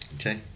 okay